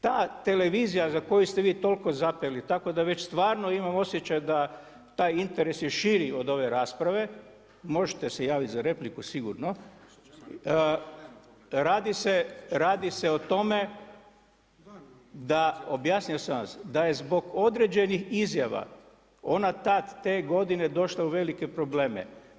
Ta televizija za koju ste vi toliko zapeli, tako da već stvarno imam osjećaj da taj interes je širi od ove rasprave, možete se javiti za repliku sigurno, radi se o tome da objasnio sam vam, da je zbog određenih izjava ona tada te godine došla u velike probleme.